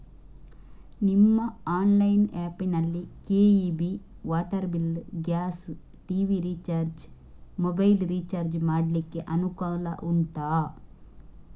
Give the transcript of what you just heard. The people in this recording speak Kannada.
ನಿಮ್ಮ ಆನ್ಲೈನ್ ಆ್ಯಪ್ ನಲ್ಲಿ KEB, water bill, gas, TV recharge, mobile recharge ಮಾಡ್ಲಿಕ್ಕೆ ಅನುಕೂಲ ಉಂಟಾ